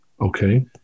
Okay